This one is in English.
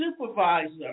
supervisor